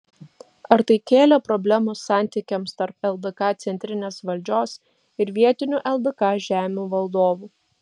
ar tai kėlė problemų santykiams tarp ldk centrinės valdžios ir vietinių ldk žemių valdovų